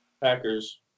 Packers